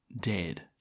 dead